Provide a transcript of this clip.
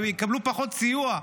והם יקבלו פחות סיוע,